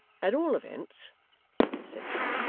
at all events said joe,